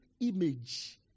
image